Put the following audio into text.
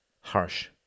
harsh